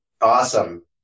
Awesome